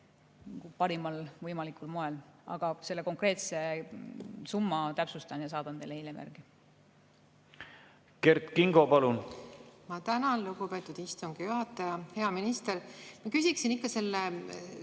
parimal võimalikul moel. Aga selle konkreetse summa täpsustan ja saadan teile hiljem. Kert Kingo, palun! Ma tänan, lugupeetud istungi juhataja! Hea minister! Küsiksin ikka selle